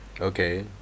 Okay